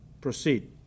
proceed